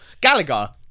Gallagher